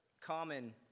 common